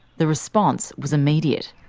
the response was immediate.